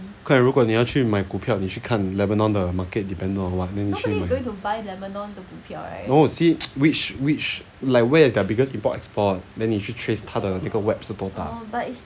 快如果你要去买股票你去看 lebanon the market dependent on what then 你去买 no see which which like where is their biggest import export then 你去 trace 它的那个 web 是多大:shiduo da